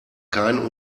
keinen